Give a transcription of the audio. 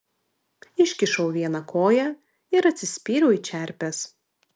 iškišau vieną koją ir atsispyriau į čerpes